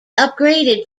upgraded